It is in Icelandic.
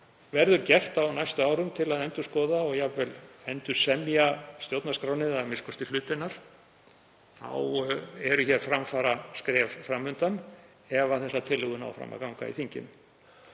verður gert á næstu árum til að endurskoða og jafnvel endursemja stjórnarskrána eða a.m.k. hluta hennar, þá eru hér framfaraskref fram undan ef þessar tillögur ná fram að ganga í þinginu.